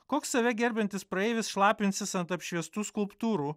koks save gerbiantis praeivis šlapinsis ant apšviestų skulptūrų